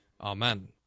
Amen